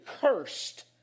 cursed